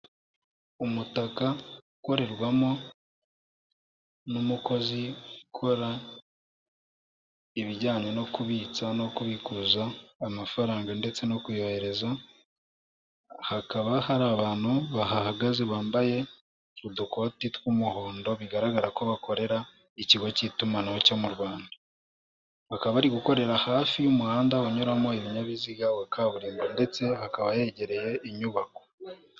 Umutaka ukorerwamo n'umukozi ukora ibijyanye no kubitsa no kubikuza amafaranga ndetse no kuyohereza, hakaba hari abantu bahahagaze bambaye udukoti tw'umuhondo bigaragara ko bakorera ikigo cy'itumanaho cyo mu Rwanda. Bakaba bari gukorera hafi y'umuhanda unyuramo ibinyabiziga wa kaburimbo ndetse hakaba hegereye inyubako.